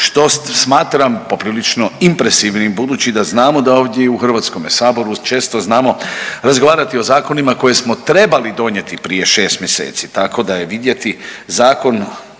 što smatram poprilično impresivnim budući da znamo da ovdje u Hrvatskome saboru često znamo razgovarati o zakonima koje smo trebali donijeti prije 6 mjeseci. Tako da je vidjeti zakon,